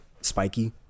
spiky